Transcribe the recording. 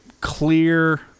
clear